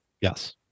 Yes